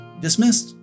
dismissed